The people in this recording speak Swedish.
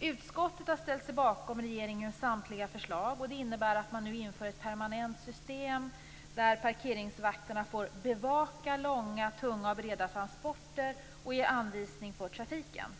Utskottet har ställt sig bakom regeringens samtliga förslag. Det innebär att man nu inför ett permanent system där parkeringsvakterna får bevaka långa, tunga och breda transporter och ge anvisningar för trafiken.